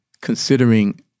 considering